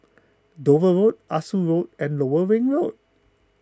Dover Road Ah Soo Walk and Lower Ring Road